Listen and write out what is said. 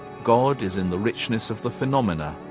god is in the richness of the phenomena,